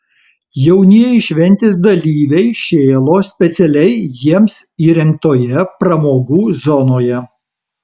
jaunieji šventės dalyviai šėlo specialiai jiems įrengtoje pramogų zonoje